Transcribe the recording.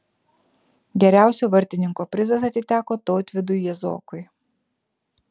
geriausio vartininko prizas atiteko tautvydui jazokui